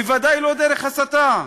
בוודאי לא דרך הסתה.